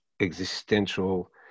existential